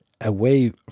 away